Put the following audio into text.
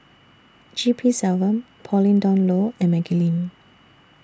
G P Selvam Pauline Dawn Loh and Maggie Lim